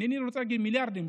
אינני רוצה להגיד מיליארדים,